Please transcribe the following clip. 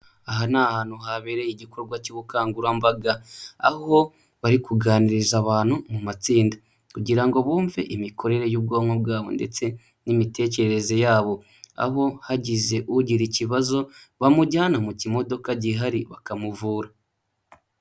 Aha ni ahantu habereye igikorwa cy'ubukangurambaga, aho bari kuganiriza abantu mu matsinda kugira ngo bumve imikorere y'ubwonko bwabo ndetse n'imitekerereze yabo, aho hagize ugira ikibazo bamujyana mu kimodoka gihari bakamuvura.